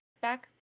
back